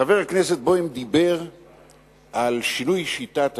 חבר הכנסת בוים דיבר על שינוי שיטת השלטון,